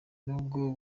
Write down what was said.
nubwo